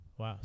Wow